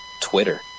Twitter